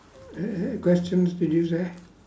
uh questions did you say